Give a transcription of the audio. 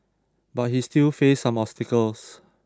but he still faced some obstacles